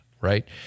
right